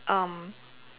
um